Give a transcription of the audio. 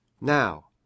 Now